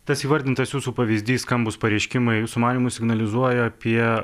tas įvardintas jūsų pavyzdys skambūs pareiškimai jūsų manymu signalizuoja apie